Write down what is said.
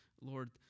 Lord